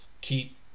keep